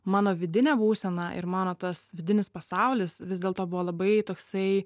mano vidinė būsena ir mano tas vidinis pasaulis vis dėlto buvo labai toksai